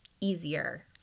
easier